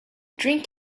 drink